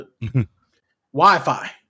Wi-Fi